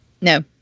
No